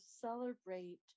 celebrate